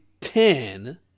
Ten